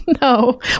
No